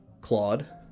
Claude